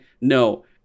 no